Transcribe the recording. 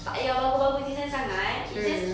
tak ya bagus bagus design sangat it's just